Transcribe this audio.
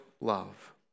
love